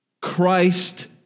Christ